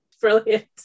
brilliant